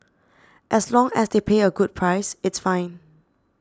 as long as they pay a good price it's fine